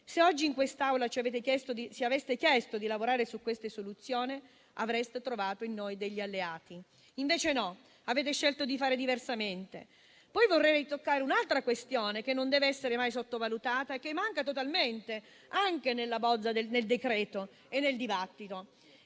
Se oggi in quest'Aula ci aveste chiesto di lavorare su queste soluzioni, avreste trovato in noi degli alleati. Invece no, avete scelto di fare diversamente. Vorrei toccare poi un'altra questione, che non deve essere mai sottovalutata e che manca totalmente nel decreto e nel dibattito.